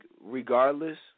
Regardless